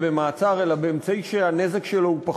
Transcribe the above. במעצר אלא באמצעי שהנזק שלו הוא פחות.